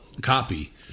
copy